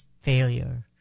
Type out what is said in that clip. failure